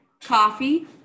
coffee